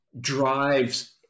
drives